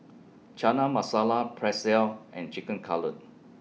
Chana Masala Pretzel and Chicken Cutlet